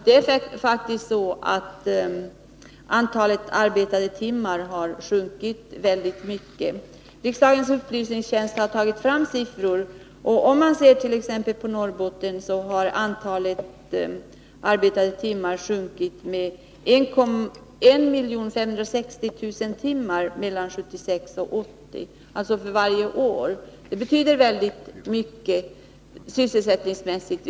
Det är faktiskt så att antalet arbetade timmar har sjunkit väldigt mycket. Riksdagens upplysningstjänst har tagit fram siffror. Om man ser t.ex. på Norrbotten har antalet arbetade timmar varje år sjunkit med 1 560 000 mellan 1976 och 1980. Det betyder väldigt mycket sysselsättningsmässigt.